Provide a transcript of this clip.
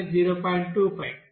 25